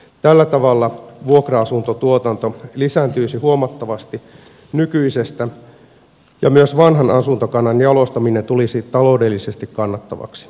tällä tavalla vuokra asuntotuotanto lisääntyisi huomattavasti nykyisestä ja myös vanhan asuntokannan jalostaminen tulisi taloudellisesti kannattavaksi